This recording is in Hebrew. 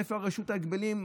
איפה רשות ההגבלים?